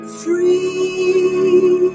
free